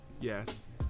Yes